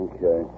Okay